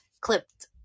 clipped